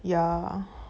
ya